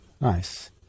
Nice